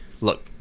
look